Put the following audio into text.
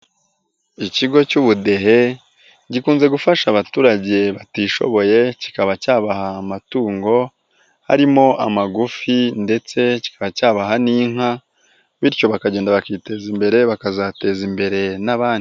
Ikigo cy'ubudehe gikunze gufasha abaturage batishoboye, kikaba cyabaha amatungo harimo amagufi ndetse kikaba cyabaha n'inka, bityo bakagenda bakiteza imbere bakazateza imbere n'abandi.